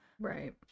Right